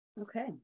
Okay